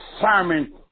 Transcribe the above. sermon